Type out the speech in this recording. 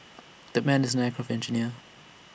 the man is an aircraft engineer